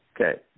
Okay